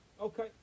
Okay